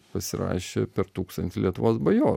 pasirašė per tūkstantį lietuvos bajorų